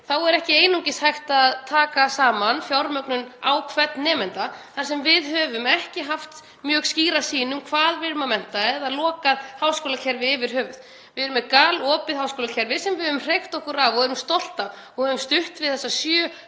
Þá er ekki einungis hægt að taka saman fjármögnun á hvern nemanda þar sem við höfum ekki haft mjög skýra sýn um hverja við erum að mennta eða lokað háskólakerfi yfir höfuð. Við erum með galopið háskólakerfi sem við höfum hreykt okkur af og erum stolt af; við höfum stutt við þessa sjö